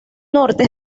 norte